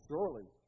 Surely